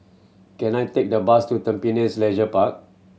can I take the bus to Tampines Leisure Park